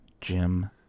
Jim